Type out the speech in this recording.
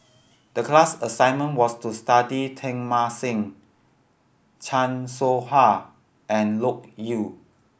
the class assignment was to study Teng Mah Seng Chan Soh Ha and Loke Yew